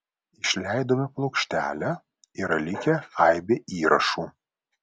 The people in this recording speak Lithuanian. išleidome plokštelę yra likę aibė įrašų